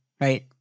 right